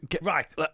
right